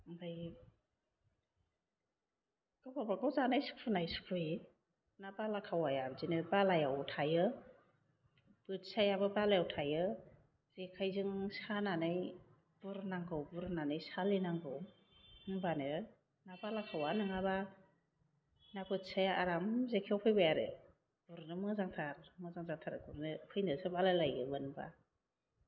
आमफ्राइ गाव गाबागाव जानाय सुखुनाय सुखुयि ना बालाखावाया बिदिनो बालायाव थायो बोथियायाबो बालायाव थायो जेखायजों सानानै बुरनांगौ बुरनानै सालिनांगौ होनबानो ना बालाखावा नङाबा ना बोथियाया आराम जेखायाव फैबाय आरो गुरनो मोजांथार मोजां जाथारो गुरनो फैनोसो बालाय लायो मोनबा